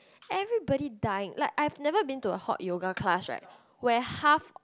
everybody dying like I've never been to a hot yoga class right where half